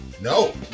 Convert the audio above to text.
No